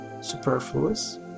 superfluous